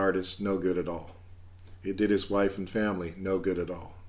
artist no good at all it did his wife and family no good at all